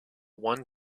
one